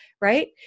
right